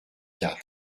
quatre